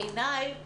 בעיניי,